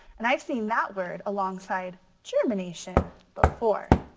and i've seen that word alongside germination before.